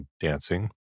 dancing